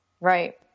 Right